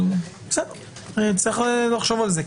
אבל נצטרך לחשוב על זה.